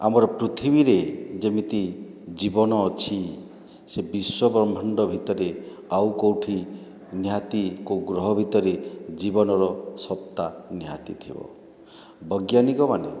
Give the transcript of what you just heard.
ଆମର ପୃଥିବୀରେ ଯେମିତି ଜୀବନ ଅଛି ସେ ବିଶ୍ୱବ୍ରହ୍ମାଣ୍ଡ ଭିତରେ ଆଉ କେଉଁଠି ନିହାତି କେଉଁ ଗ୍ରହ ଭିତରେ ଜୀବନର ସତ୍ତା ନିହାତି ଥିବ ବୈଜ୍ଞାନିକମାନେ